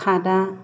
खादा